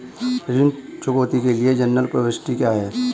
ऋण चुकौती के लिए जनरल प्रविष्टि क्या है?